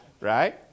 Right